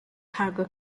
cargo